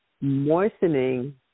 moistening